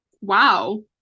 wow